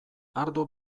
ardo